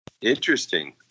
Interesting